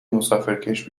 مسافرکش